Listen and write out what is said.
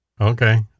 Okay